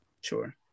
Sure